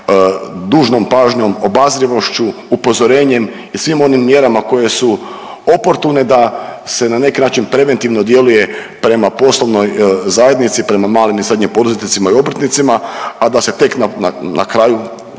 dužnom pažnjom, obazrivošću, upozorenjem i svim onim mjerama koje su oportune da se na neki način preventivno djeluje prema poslovnoj zajednici, prema malim i srednjim poduzetnicima i obrtnicima, a da se tek na kraju